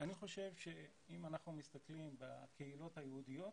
אני חושב שאם אנחנו מסתכלים בקהילות היהודיות